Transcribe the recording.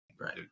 Right